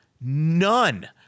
none